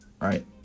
Right